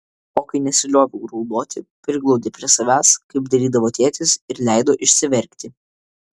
o kai nesilioviau raudoti priglaudė prie savęs kaip darydavo tėtis ir leido išsiverkti